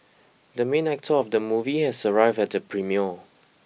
the main actor of the movie has arrived at the premiere